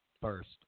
first